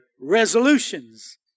resolutions